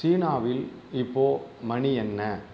சீனாவில் இப்போது மணி என்ன